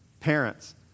Parents